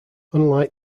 unlike